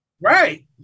right